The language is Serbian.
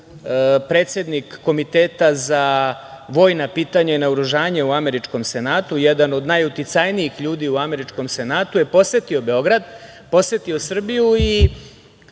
predsednik Komiteta za vojna pitanja i naoružanje u američkom Senatu, jedan od najuticajnijih ljudi u američkom Senatu, je posetio Beograd, Srbiju i